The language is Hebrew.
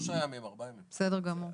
בסדר גמור.